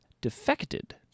defected